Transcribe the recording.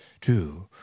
two